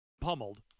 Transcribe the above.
pummeled